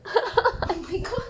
oh my god